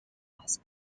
was